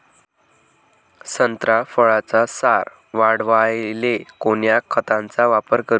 संत्रा फळाचा सार वाढवायले कोन्या खताचा वापर करू?